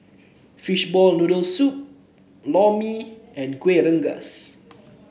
Fishball Noodle Soup Lor Mee and Kuih Rengas